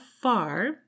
far